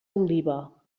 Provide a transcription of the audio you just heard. oliva